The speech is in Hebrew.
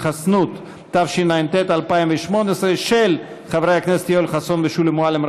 ותועבר לוועדת העבודה,